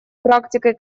практикой